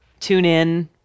TuneIn